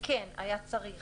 היה צריך,